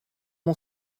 mon